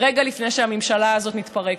רגע לפני שהממשלה הזאת מתפרקת.